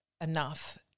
enough